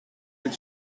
with